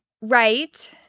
Right